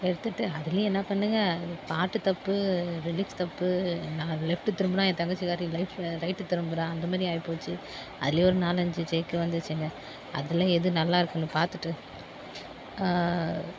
எடுத்துகிட்டு அதுலயும் என்ன பண்ணுங்கள் பாட்டு தப்பு ரிலிக்ஸ் தப்பு நான் லெஃப்ட்டு திரும்பினா ஏன் தங்கச்சி காட்டியும் லைஃப் ரைட்டு திரும்புறா அந்த மாரி ஆயிப்போச்சு அதுல ஒரு நாலஞ்சு டேக்கு வந்துருச்சிங்க அதில் எது நல்லாருக்குன்னு பார்த்துட்டு